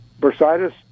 bursitis